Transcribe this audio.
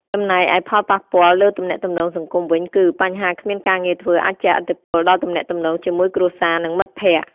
ចំណែកឯផលប៉ះពាល់លើទំនាក់ទំនងសង្គមវិញគឺ បញ្ហាគ្មានការងារធ្វើអាចជះឥទ្ធិពលដល់ទំនាក់ទំនងជាមួយគ្រួសារ និងមិត្តភក្តិ។